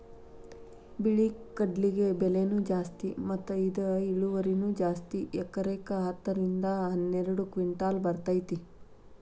ಬಿಳಿ ಕಡ್ಲಿಗೆ ಬೆಲೆನೂ ಜಾಸ್ತಿ ಮತ್ತ ಇದ ಇಳುವರಿನೂ ಜಾಸ್ತಿ ಎಕರೆಕ ಹತ್ತ ರಿಂದ ಹನ್ನೆರಡು ಕಿಂಟಲ್ ಬರ್ತೈತಿ